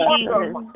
Jesus